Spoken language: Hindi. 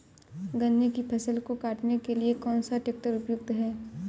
गन्ने की फसल को काटने के लिए कौन सा ट्रैक्टर उपयुक्त है?